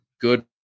Good